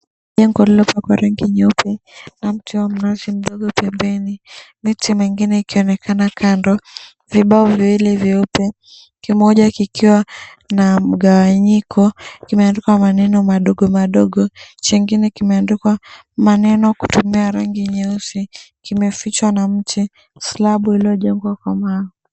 Jengo liliopakwa rangi nyeupe, na mti wa mnazi ulio pembeni. Miti mengine ikionekana kando. Vibao viwili vyeupe, kimoja kikiwa na mgawanyiko, kimeandikwa maneno madogo madogo, kingine kimeandikwa maneno kutumia rangi nyeusi, kimefichwa na mti. Slabu iliyojengwa kwa mawe.